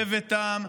בביתם,